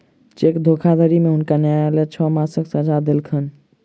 cheque धोखाधड़ी में हुनका न्यायलय छह मासक सजा देलकैन